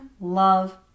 love